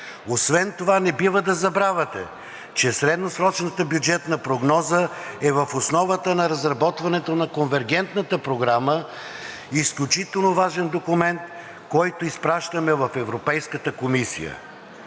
Освен това не бива да забравяте, че средносрочната бюджетна прогноза е в основата на разработването на конвергентната програма, изключително важен документ, който изпращаме в Европейската комисия.